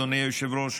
אדוני היושב-ראש,